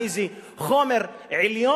מאיזה חומר עליון,